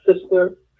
sister